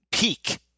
Peak